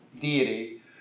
deity